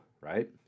right